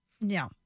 no